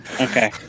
Okay